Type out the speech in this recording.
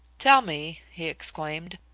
tell me, he exclaimed,